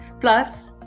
Plus